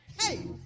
hey